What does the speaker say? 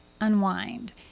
unwind